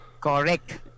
correct